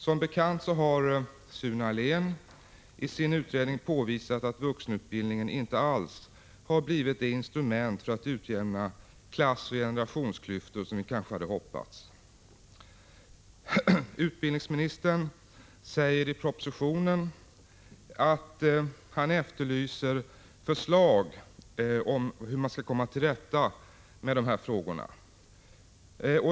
Som bekant har Sune Ahlén i sin utredning påvisat att vuxenutbildningen inte alls har blivit det instrument för att utjämna klassoch generationsklyftor som vi kanske hade hoppats. Utbildningsministern säger i propositionen att han efterlyser förslag om hur man skall komma till rätta med dessa problem.